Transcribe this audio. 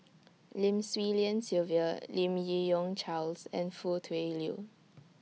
Lim Swee Lian Sylvia Lim Yi Yong Charles and Foo Tui Liew